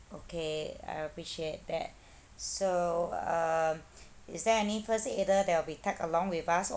okay I appreciate that so um is there any first aider that will be tagged along with us